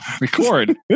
record